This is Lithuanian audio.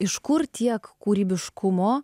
iš kur tiek kūrybiškumo